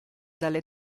dalle